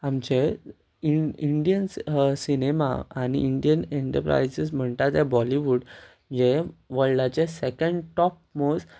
आमचे Indian cinema आनी Indian enterprises म्हणटा तें बॉलीवूड हें वर्ल्डाचें सेकेंड टॉप मोस्ट